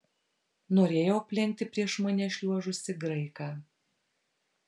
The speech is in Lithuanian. norėjau aplenkti prieš mane šliuožusį graiką